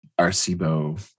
Arcebo